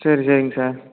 சரி சரிங் சார்